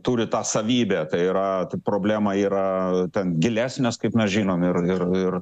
turi tą savybę tai yra t problema yra ten gilesnės kaip mes žinom ir ir ir